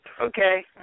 Okay